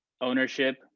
ownership